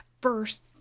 first